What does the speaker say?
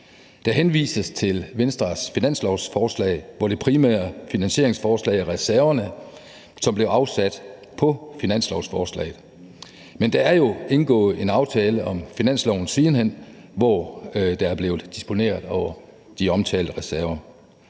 Der henvises til Venstres finanslovsforslag, hvor det primære finansieringsforslag er reserverne, som blev afsat på finanslovsforslaget. Men der er jo siden hen indgået en aftale om finansloven, hvor der er blevet disponeret over de omtalte reserver.